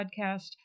podcast